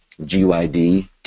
GYD